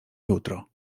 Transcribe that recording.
jutro